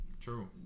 True